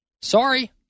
Sorry